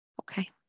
Okay